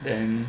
then